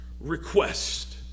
request